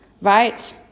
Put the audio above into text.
right